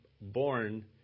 born